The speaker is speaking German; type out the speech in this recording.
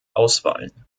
ausfallen